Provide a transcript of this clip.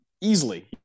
easily